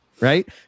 right